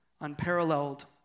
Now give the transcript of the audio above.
unparalleled